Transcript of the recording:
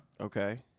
Okay